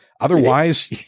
otherwise